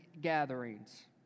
gatherings